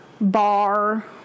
Bar